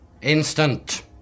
instant